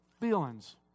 feelings